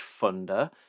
funder